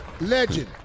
legend